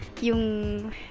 yung